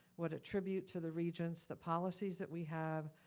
what attribute to the regions, the policies that we have,